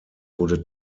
wurde